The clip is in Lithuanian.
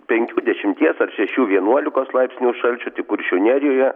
penkių dešimties ar šešių vienuolikos laipsnių šalčio tik kuršių nerijoje